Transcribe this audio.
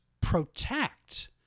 protect